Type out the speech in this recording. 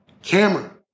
camera